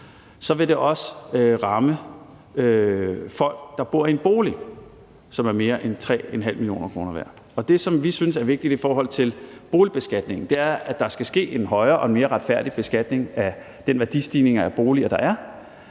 vil det også ramme folk, der bor i en bolig, som er mere end 3,5 mio. kr. værd, og det, som vi synes er vigtigt i forhold til boligbeskatningen, er, at der skal ske en højere og en mere retfærdig beskatning af den værdistigning på boliger, der er,